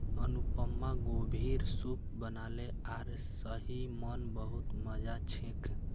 अनुपमा गोभीर सूप बनाले आर सही म न बहुत मजा छेक